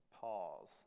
pause